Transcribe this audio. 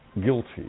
guilty